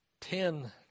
Ten